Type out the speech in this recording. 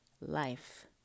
life